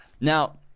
Now –